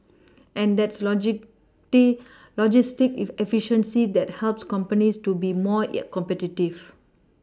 and that's logistic efficiency that helps companies to be more competitive